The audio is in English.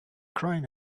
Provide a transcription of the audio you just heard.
crying